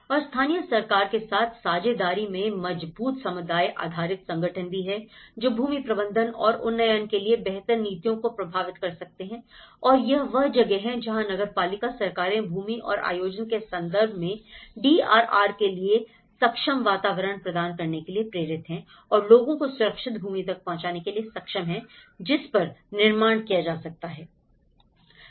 और स्थानीय सरकार के साथ साझेदारी में मजबूत समुदाय आधारित संगठन भी हैं जो भूमि प्रबंधन और उन्नयन के लिए बेहतर नीतियों को प्रभावित कर सकते हैं और यह वह जगह है जहां नगरपालिका सरकारें भूमि और योजना के संदर्भ में डीआरआर के लिए एक सक्षम वातावरण प्रदान करने के लिए प्रेरित है और लोगों को सुरक्षित भूमि तक पहुंचाने के लिए सक्षम है जिस पर निर्माण किया जा सकता है